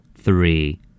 Three